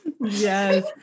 Yes